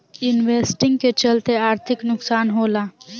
investing के चलते आर्थिक नुकसान होला